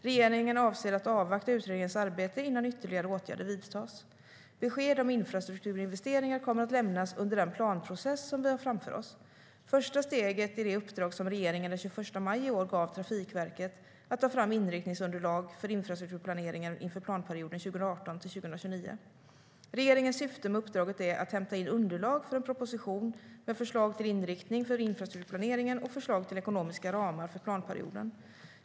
Regeringen avser att avvakta utredningens arbete innan ytterligare åtgärder vidtas. Besked om infrastrukturinvesteringar kommer att lämnas under den planprocess som vi har framför oss. Första steget är det uppdrag som regeringen den 21 maj i år gav Trafikverket, att ta fram inriktningsunderlag för infrastrukturplaneringen inför planperioden 2018-2029. Regeringens syfte med uppdraget är att hämta in underlag för en proposition med förslag till inriktning för infrastrukturplaneringen och förslag till ekonomiska ramar för planperioden.